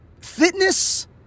fitness